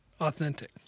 authentic